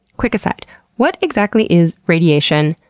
quick aside what exactly is radiation,